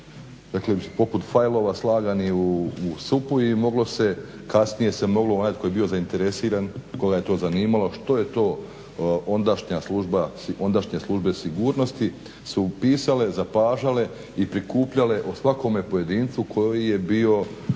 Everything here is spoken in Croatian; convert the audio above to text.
dakle poput fajlova slagani u SUP-u i kasnije se moglo onaj koji je bio zainteresiran koga je to zanimalo što je to ondašnja služba sigurnosti su pisale zapažale i prikupljale o svakome pojedincu koji je bio